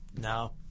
no